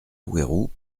houerou